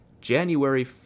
January